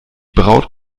braut